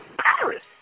Paris